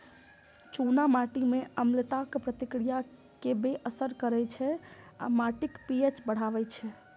चूना माटि मे अम्लताक प्रतिक्रिया कें बेअसर करै छै आ माटिक पी.एच बढ़बै छै